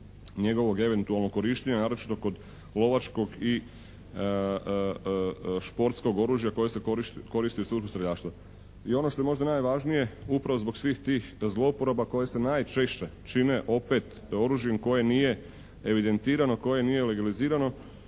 njegovog eventualnog korištenja, naročito kod lovačkog i športskog oružja koje se koristi u svrhu streljaštva. I ono što je možda najvažnije upravo zbog svih tih zloporaba koje se najčešće čine opet oružjem koje nije evidentirano, koje nije legalizirano,